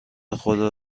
خدا